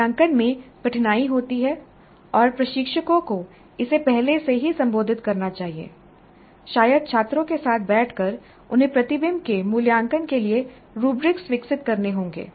मूल्यांकन में कठिनाई होती है और प्रशिक्षकों को इसे पहले से ही संबोधित करना चाहिए शायद छात्रों के साथ बैठकर उन्हें प्रतिबिंब के मूल्यांकन के लिए रूब्रिक विकसित करने होंगे